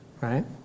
right